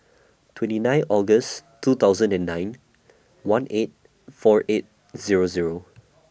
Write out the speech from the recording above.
twenty nine August two thousand and nine one eight four eight Zero Zero